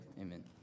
Amen